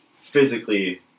physically